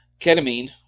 ketamine